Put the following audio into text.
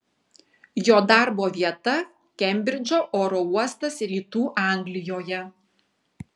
jo darbo vieta kembridžo oro uostas rytų anglijoje